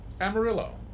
Amarillo